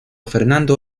fernando